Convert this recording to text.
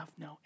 no